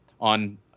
on